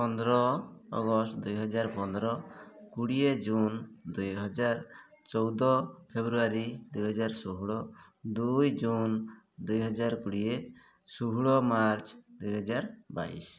ପନ୍ଦର ଅଗଷ୍ଟ ଦୁଇ ହଜାର ପନ୍ଦର କୋଡ଼ିଏ ଜୁନ୍ ଦୁଇ ହଜାର ଚଉଦ ଫେବୃଆରୀ ଦୁଇ ହଜାର ଷୋହଳ ଦୁଇ ଜୁନ୍ ଦୁଇ ହଜାର କୋଡ଼ିଏ ଷୋହଳ ମାର୍ଚ୍ଚ୍ ଦୁଇ ହଜାର ବାଇଶ